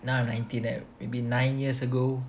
now I'm nineteen right maybe nine years ago